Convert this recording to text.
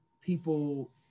people